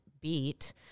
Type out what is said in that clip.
beat